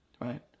right